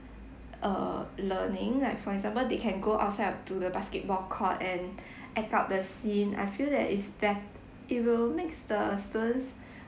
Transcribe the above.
err learning like for example they can go outside to the basketball court and act out the scene I feel that is bet~ it will makes the students